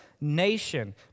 nation